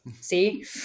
see